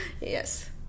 Yes